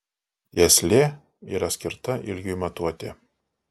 tieslė yra skirta ilgiui matuoti